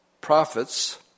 prophets